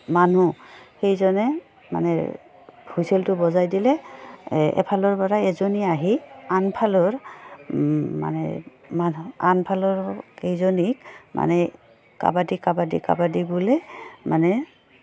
মানুহ সেইজনে মানে হুইচেলটো বজাই দিলে এফালৰ পৰা এজনী আহি আনফালৰ মানে মানু আনফালৰ কেইজনীক মানে কাবাডী কাবাডী কাবাডী বুলি মানে